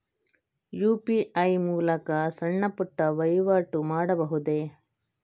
UPI ಮೂಲಕ ಸಣ್ಣ ಪುಟ್ಟ ವಹಿವಾಟು ಮಾಡಬಹುದೇ?